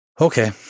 Okay